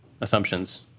assumptions